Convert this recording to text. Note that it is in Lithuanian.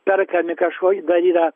perkami kažko gal yra